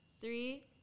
Three